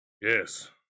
Yes